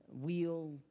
wheel